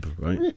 right